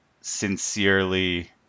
sincerely